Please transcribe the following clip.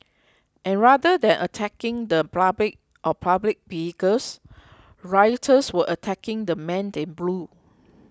and rather than attacking the public or public vehicles rioters were attacking the men in blue